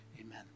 Amen